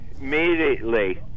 immediately